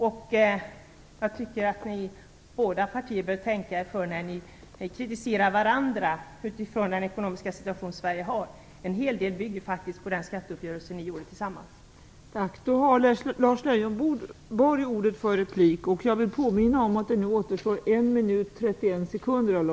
Men jag tycker att ni i de här båda partierna behöver tänka er för när ni kritiserar varandra utifrån den ekonomiska situationen i Sverige. En hel del bygger ju på den skatteuppgörelse som ni tillsammans träffade.